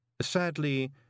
Sadly